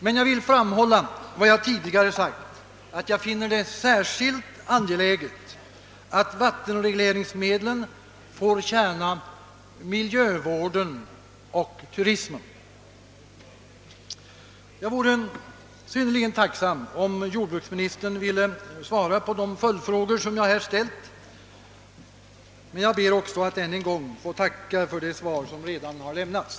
Men jag vill framhålla vad jag tidigare sagt, nämligen att jag finner det särskilt angeläget att vattenregleringsmedlen får tjäna miljövården och turismen. Jag vore synnerligen tacksam om jordbruksministern villa svara på de följdfrågor som jag här ställt, men jag ber också att ännu en gång få tacka för det svar som redan har lämnats.